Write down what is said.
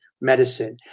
medicine